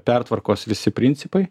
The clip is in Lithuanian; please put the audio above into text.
pertvarkos visi principai